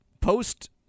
post